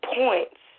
points